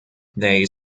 they